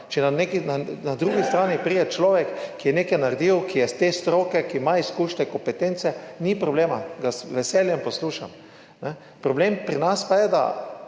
Če na drugi strani pride človek, ki je nekaj naredil, ki je iz te stroke, ki ima izkušnje, kompetence, ni problema, ga z veseljem poslušam. Problem pri nas pa je, da